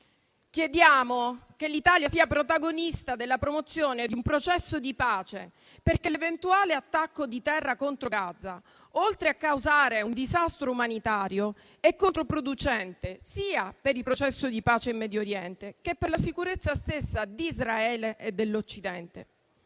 Chiediamo che l'Italia sia protagonista della promozione di un processo di pace, perché l'eventuale attacco di terra contro Gaza, oltre a causare un disastro umanitario, è controproducente sia per il processo di pace in Medio Oriente sia per la sicurezza stessa di Israele e dell'Occidente.